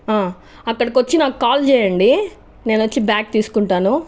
అక్కడికొచ్చి నాకు కాల్ చేయండి నేను వచ్చి బ్యాగ్ తీసుకుంటాను